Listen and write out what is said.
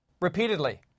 repeatedly